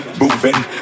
moving